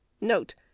Note